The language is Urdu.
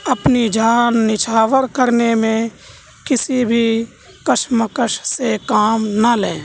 اپنی جان نچھاور کرنے میں کسی بھی کشمکش سے کام نہ لیں